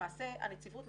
למעשה הנציבות,